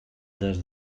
des